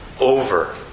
over